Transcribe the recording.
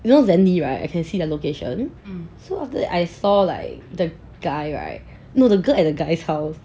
you know wendy right I can see the location so after that I saw like the guy right no the girl at the guy's house